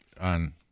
on